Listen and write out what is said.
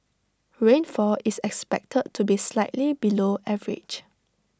rainfall is expected to be slightly below average